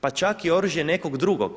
Pa čak i oružje nekog drugog.